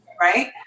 Right